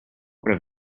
what